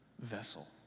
vessel